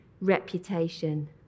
reputation